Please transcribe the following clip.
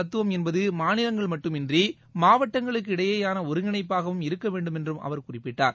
தத்துவம் என்பது மாநிலங்கள் மட்டுமன்றி மாவட்டங்களுக்கு கட்டாட்சி இடையோன ஒருங்கிணைப்பாகவும் இருக்க வேண்டுமென்று அவர் குறிப்பிட்டார்